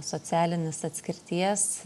socialinės atskirties